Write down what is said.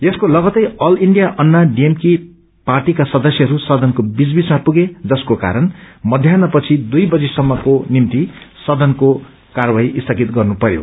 यसको तगत्तै all India Anna DMK पार्टीका सदस्यहरू सदनको बीच बीचमा पुगे जसको कारण दोपहर पछि दुई बजीसम्मको निभ्ति सदनको कार्यवाही स्थगित गर्नुपरयो